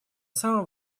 самом